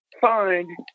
find